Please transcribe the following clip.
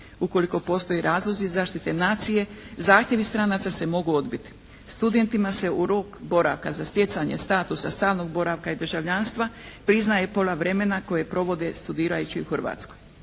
Ukoliko postoje razlozi zaštite nacije zahtjevi stranaca se mogu odbiti. Studentima se u rok boravka za stjecanje statusa stalnog boravka i državljanstva priznaje pola vremena koje provode studirajući u Hrvatskoj.